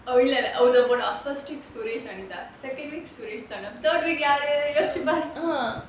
oh இல்லல ஒருத்தன் போனான்:illala oruthan ponaan first week suresh anitha second week suresh anu third week யாரு யோசிச்சி பாரு:yaaru yosichi paaru